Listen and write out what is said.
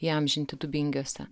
įamžinti dubingiuose